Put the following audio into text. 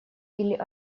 или